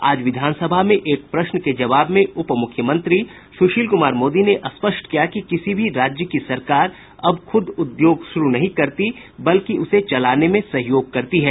आज विधानसभा में एक प्रश्न के जबाव में उप मुख्यमंत्री सुशील कुमार मोदी ने स्पष्ट किया कि किसी भी राज्य की सरकार अब खुद उद्योग शुरू नहीं करती बल्कि उसे चलाने में सहयोग करती है